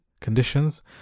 conditions